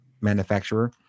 manufacturer